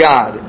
God